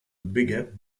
bigger